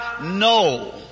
no